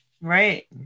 Right